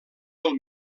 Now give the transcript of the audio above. del